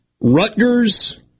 Rutgers